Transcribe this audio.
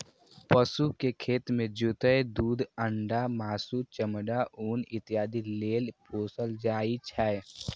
पशु कें खेत जोतय, दूध, अंडा, मासु, चमड़ा, ऊन इत्यादि लेल पोसल जाइ छै